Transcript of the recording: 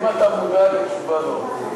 אם אתה מודאג, התשובה לא.